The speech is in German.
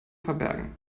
verbergen